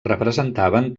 representaven